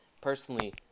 personally